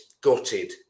gutted